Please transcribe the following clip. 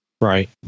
Right